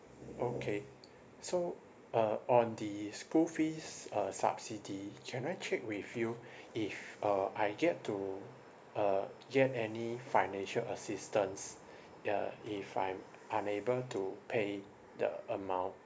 okay so uh on the school fees uh subsidy can I check with you if uh I get to uh get any financial assistance uh if I'm unable to pay the amount